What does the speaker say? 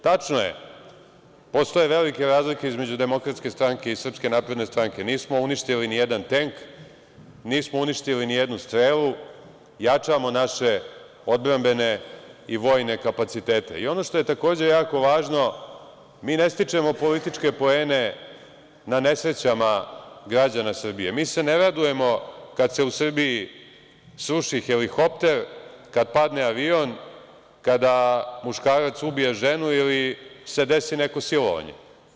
Tačno je, postoje velike razlike između DS i SNS, nismo uništili ni jedan tenk, nismo uništili ni jednu strelu, jačamo naše odbrambene i vojne kapacitete i ono što je takođe jako važno, mi ne stičemo političke poene na nesrećama građana Srbije, mi se ne radujemo kada se u Srbiji sruši helikopter, kad padne avion, kada muškarac ubije ženu ili se desi neko silovanje.